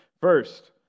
First